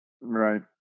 right